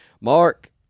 Mark